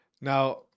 Now